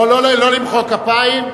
לא, לא למחוא כפיים,